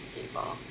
people